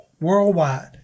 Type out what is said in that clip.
worldwide